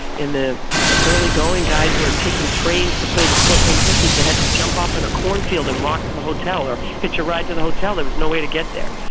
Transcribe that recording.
in the early going, guys were taking trains to play the fort wayne pistons. they had to jump off in a cornfield and walk to the hotel or hitch a ride to the hotel. there was no way to get there.